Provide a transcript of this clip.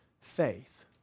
faith